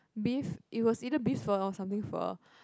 beef it was either beef pho or something pho